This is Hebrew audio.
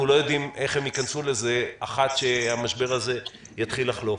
לא יודעים איך הם ייכנסו לזה כאשר המשבר הזה יתחיל לחלוף.